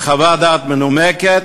עם חוות דעת מנומקת,